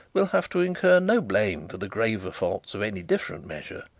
will have to incur no blame for the graver faults of any different measure.